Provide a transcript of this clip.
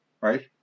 right